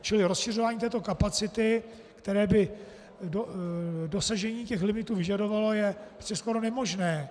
Čili rozšiřování této kapacity, které by dosažení těch limitů vyžadovalo, je skoro nemožné.